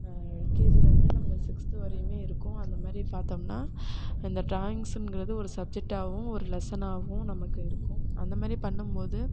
எல்கேஜிலேந்து நம்ம சிக்ஸ்த்து வரையுமே இருக்கும் அந்தமாரி பார்த்தம்னா அந்த ட்ராயின்ஸுங்கிறது ஒரு சப்ஜெக்டாகவும் ஒரு லெசனாகவும் நமக்கு இருக்கும் அந்தமாரி பண்ணும்போது